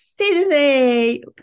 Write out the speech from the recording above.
Sydney